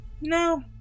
no